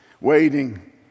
waiting